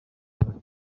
amagare